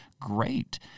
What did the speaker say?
great